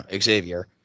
Xavier